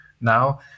now